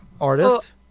Artist